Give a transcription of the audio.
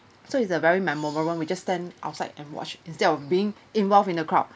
so it's a very memorable one we just stand outside and watch instead of being involved in the crowd